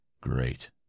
Great